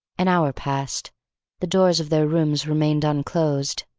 an hour passed the doors of their rooms remained unclosed.